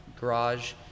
Garage